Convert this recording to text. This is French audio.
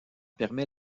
permet